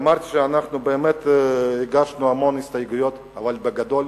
אמרתי שהגשנו המון הסתייגויות, אבל בגדול